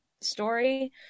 story